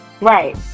Right